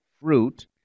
fruit